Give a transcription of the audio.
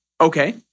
okay